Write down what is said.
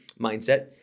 mindset